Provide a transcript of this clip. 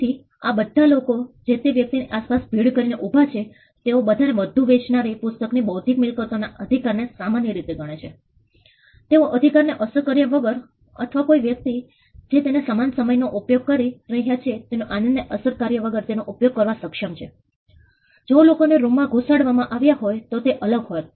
તેથી બધા લોકો જે તે વ્યક્તિની આસપાસ ભીડ કરીને ઉભા છે તેઓ બધા તે વધુ વેચાવનારી પુસ્તકના બૌદ્ધિક મિક્લતોના અધિકાર ને સમાન રીતે માણે છે તેઓ અધિકાર ને અસર કર્યા વગર અથવા કોઈ વ્યક્તિ જે તેને સમાન સમયે તેનો ઉપયોગ કરી રહી છે તેના આનંદ ને અસર કાર્ય વગર તેનો ઉપયોગ કરવામાં સક્ષમ છે જો લોકોને રૂમમાં ઘૂસાડવા માં આવ્યા હોત તો તે અલગ હોત